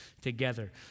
together